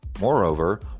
Moreover